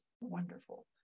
wonderful